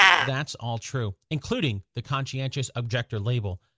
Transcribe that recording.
that's all true, including the conscientious objector label.